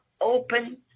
open